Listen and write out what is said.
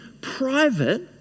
private